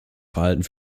verhalten